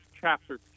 chapter